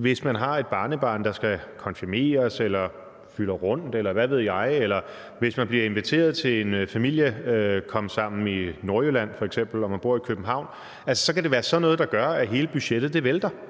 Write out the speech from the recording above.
Hvis man har et barnebarn, der skal konfirmeres, eller hvis man fylder rundt, eller hvad ved jeg, eller hvis man bliver inviteret til en familiekomsammen i f.eks. Nordjylland og man bor i København, så kan det være sådan noget, der gør, at hele budgettet vælter.